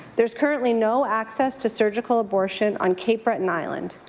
there's currently no access to surgical abortion on cape breton island.